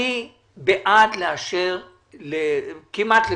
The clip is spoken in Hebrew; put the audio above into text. אני בעד לאשר כמעט לכולם.